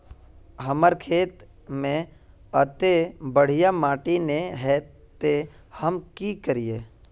हमर खेत में अत्ते बढ़िया माटी ने है ते हम की करिए?